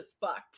fucked